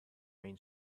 main